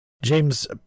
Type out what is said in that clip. James